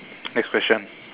next question